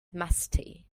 musty